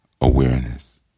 awareness